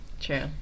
True